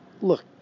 Look